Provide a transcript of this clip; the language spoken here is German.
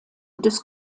des